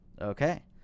Okay